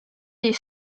des